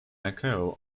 macao